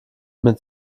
mit